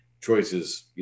choices